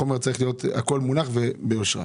כל החומרים צריכים להיות מונחים וביושרה.